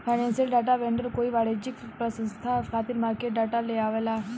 financial data vendor कोई वाणिज्यिक पसंस्था खातिर मार्केट डाटा लेआवेला